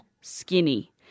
skinny